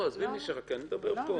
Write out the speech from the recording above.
עזבי את משך החקירה, אני מדבר על זה.